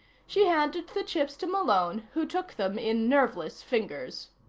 she handed the chips to malone, who took them in nerveless fingers.